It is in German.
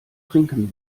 trinken